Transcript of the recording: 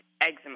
eczema